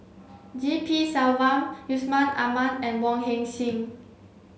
G P Selvam Yusman Aman and Wong Heck Sing